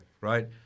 right